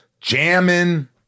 Jammin